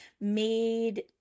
made